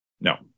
No